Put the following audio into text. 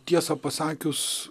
tiesą pasakius